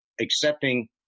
accepting